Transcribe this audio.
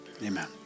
Amen